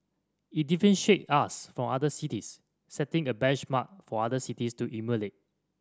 it differentiate us from other cities setting a benchmark for other cities to emulate